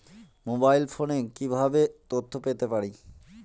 Mobile ফোনে কিভাবে তথ্য পেতে পারি?